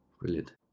Brilliant